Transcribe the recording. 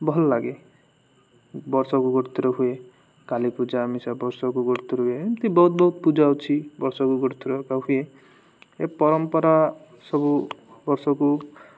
ଭଲ ଲାଗେ ବର୍ଷକୁ ଗୋଟେଥର ହୁଏ କାଳି ପୂଜା ବର୍ଷକୁ ଗୋଟେଥର ହୁଏ ଏମିତି ବହୁତ ବହୁତ ପୂଜା ହଉଛି ବର୍ଷକୁ ଗୋଟେଥର ହୁଏ ଏ ପରମ୍ପରା ସବୁ ବର୍ଷକୁ